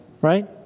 right